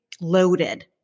loaded